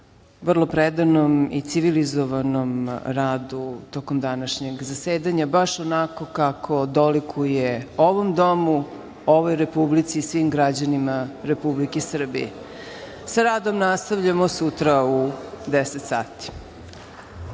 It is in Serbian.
vrlo predanom i civilizovanom radu tokom današnjeg zasedanja, baš onako kako dolikuje ovom domu, ovoj Republici i svim građanima Republike Srbije. Sa radom nastavljamo sutra u 10,00